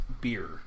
beer